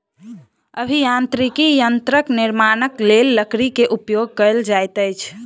अभियांत्रिकी यंत्रक निर्माणक लेल लकड़ी के उपयोग कयल जाइत अछि